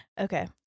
Okay